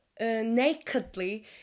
nakedly